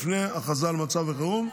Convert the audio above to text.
לפני ההכרזה על מצב החירום,